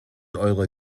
eurer